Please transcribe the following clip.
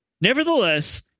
Nevertheless